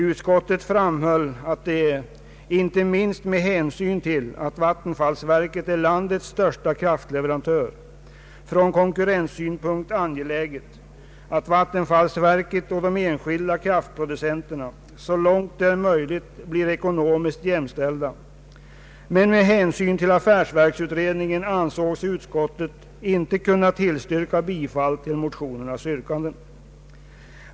Utskottet framhöll att det är — inte minst med hänsyn till att vattenfallsverket är landets största kraftleverantör — från konkurrenssynpunkt angeläget att vattenfallsverket och de enskilda kraftproducenterna så långt det är möjligt blir ekonomiskt jämställda. Men med hänsyn till affärsverksutredningen ansåg sig utskottet inte kunna tillstyrka bifall till motionernas yrkanden.